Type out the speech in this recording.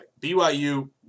BYU